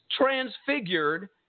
transfigured